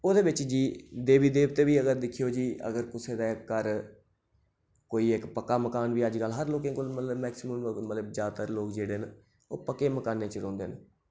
ओह्दे बिच जी देवी देवते बी अगर दिक्खेओ जी अगर कुसै दे घर कोई इक पक्का मकान बी अजकल हर लोकें मतलब मैक्सीमम मतलब जैदातर जेह्ड़े न ओह् पक्के मकानें च रौंह्दे न